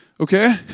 Okay